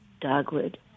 dogwood